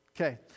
Okay